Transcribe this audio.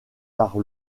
par